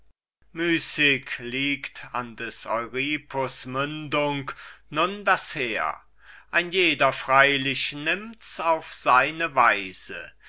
müßig liegt an des euripus mündung nun das heer ein jeder freilich nimmt's auf seine weise